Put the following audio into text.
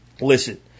Listen